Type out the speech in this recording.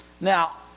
Now